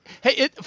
Hey